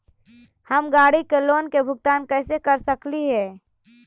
हम गाड़ी के लोन के भुगतान कैसे कर सकली हे?